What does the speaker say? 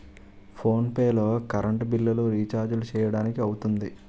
phone pay లో current బిల్లులు, రిచార్జీలు చేయడానికి అవుతుంది